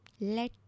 let